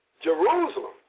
Jerusalem